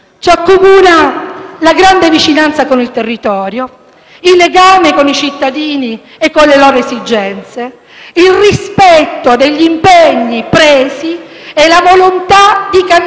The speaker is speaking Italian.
ci accomunano la grande vicinanza con il territorio, il legame con i cittadini e con le loro esigenze, il rispetto degli impegni presi e la volontà di cambiare